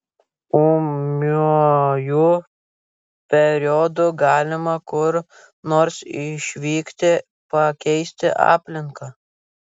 ūmiuoju periodu galima kur nors išvykti pakeisti aplinką